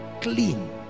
clean